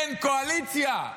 אין קואליציה.